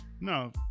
No